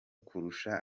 kurusha